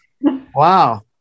Wow